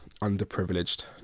underprivileged